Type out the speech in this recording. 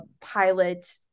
pilot